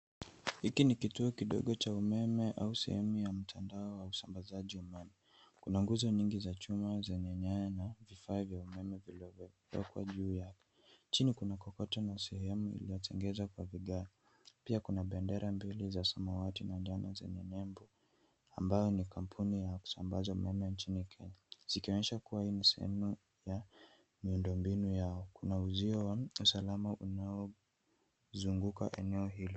Hiki ni kituo kidogo cha umeme au sehemu ya mtandao wa usambazaji umeme. Kuna nguzo nyingi za chuma zenye nyaya na vifaa vya umeme vilivyowekwa juu yake. Chini kuna kokoto na sehemu iliyotengenezwa kwa vigae. Pia kuna bendera mbili za samawati na njano zenye nembo ambayo ni kampuni ya kusambaza umeme nchini Kenya, zikionyesha kuwa hii ni sehemu ya miundo mbinu yao. kuna uzio wa usalama unaozunguka eneo hilo.